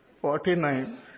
Forty-nine